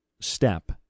step